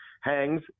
hangs